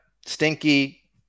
stinky